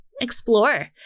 explore